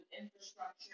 infrastructure